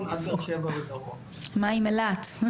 מה עם אילת?